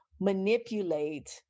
manipulate